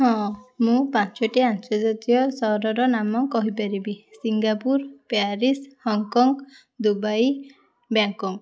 ହଁ ମୁଁ ପାଞ୍ଚୋଟି ଆନ୍ତର୍ଜାତୀୟ ସହରର ନାମ କହିପାରିବି Singapore Paris Hong Kong Dubai Bangkok